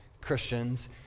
Christians